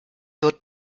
wird